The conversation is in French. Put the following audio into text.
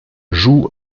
jouent